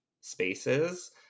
spaces